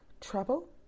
trouble